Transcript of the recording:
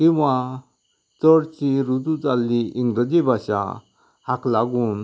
किंवां चडशीं रुजूं जाल्ली इंग्रजी भाशा हाका लागून